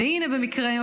והינה במקרה,